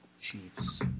Chiefs